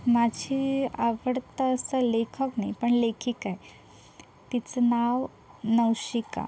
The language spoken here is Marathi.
माझी आवडता असा लेखक नाही पण लेखिका आहे तिचं नाव नवशिका